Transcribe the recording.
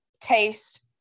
taste